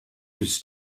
his